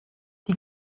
die